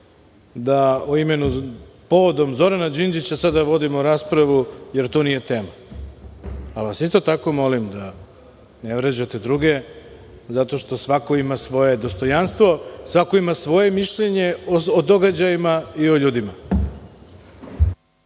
želim da povodom Zorana Đinđića sada vodimo raspravu, jer to nije tema, pa vas isto tako molim da ne vređate druge zato što svako ima svoje dostojanstvo, svako ima svoje mišljenje o događajima i o ljudima.